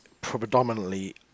predominantly